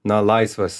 na laisvas